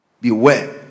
beware